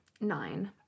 Nine